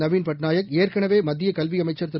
நவீன் பட்நாயக் ஏற்கனவே மத்திய கல்வி அமைச்சர் திரு